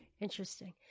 Interesting